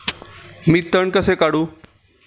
मी तण कसे काढू?